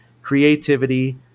creativity